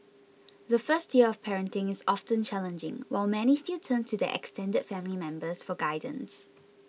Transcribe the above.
the first year of parenting is often challenging while many still turn to their extended family members for guidance